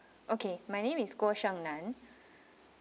okay my name is guo sheng nan